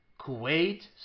Kuwait